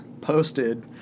Posted